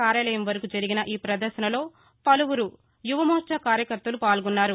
కార్యాలయం వరకు జరిగిన ఈ పదర్శనలో పలువురు యువమోర్చా కార్యకర్తలు పాల్గొన్నారు